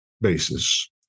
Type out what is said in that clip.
basis